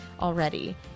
already